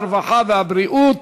הרווחה והבריאות